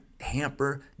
hamper